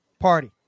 party